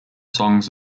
songs